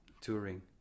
touring